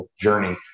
journey